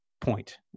point